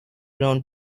round